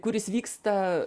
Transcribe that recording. kuris vyksta